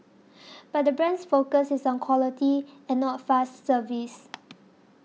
but the brand's focus is on quality and not fast service